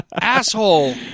asshole